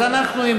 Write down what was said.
אז אנחנו,